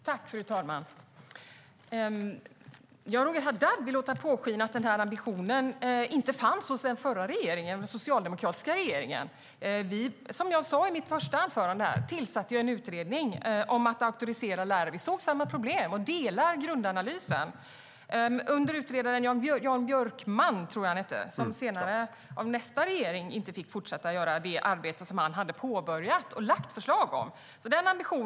Fru talman! Roger Haddad låter påskina att den här ambitionen inte fanns hos den förra, den socialdemokratiska, regeringen. Som jag sade i mitt första anförande tillsatte den en utredning som att auktorisera lärare. Vi såg samma problem som ni och delar grundanalysen. Utredaren Jan Björkman fick av nästa regering inte fortsätta det arbete som han hade påbörjat och där han kommit med förslag.